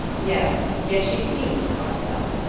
yes, yes she seems quite well,